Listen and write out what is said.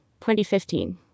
2015